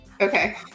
okay